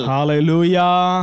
Hallelujah